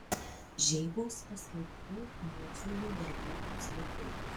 žeibos paskelbtų mokslinių darbų atspaudai